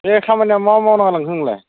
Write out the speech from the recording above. ए खामानिया मा मावना गालांखो नोंलाय